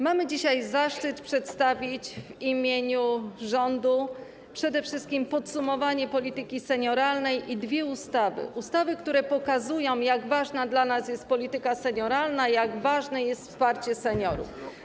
Mamy dzisiaj zaszczyt przedstawić w imieniu rządu podsumowanie polityki senioralnej i dwie ustawy, które pokazują, jak ważna dla nas jest polityka senioralna i jak ważne jest wsparcie seniorów.